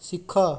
ଶିଖ